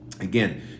Again